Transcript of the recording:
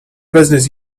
business